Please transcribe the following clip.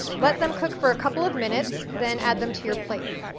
let them cook for a couple of minutes, then add them to your plate.